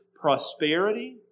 prosperity